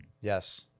Yes